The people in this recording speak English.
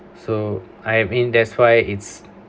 so I mean that's why it's